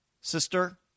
sister